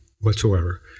whatsoever